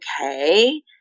okay